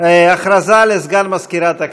הודעה לסגן מזכירת הכנסת.